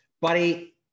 buddy